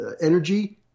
energy